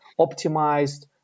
optimized